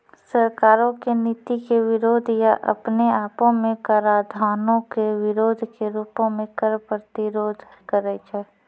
सरकारो के नीति के विरोध या अपने आपो मे कराधानो के विरोधो के रूपो मे कर प्रतिरोध करै छै